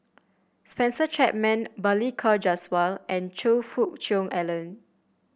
Spencer Chapman Balli Kaur Jaswal and Choe Fook Cheong Alan